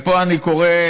ופה אני קורא,